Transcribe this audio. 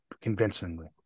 convincingly